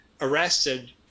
arrested